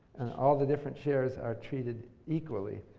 and all the different shares are treated equally.